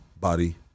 body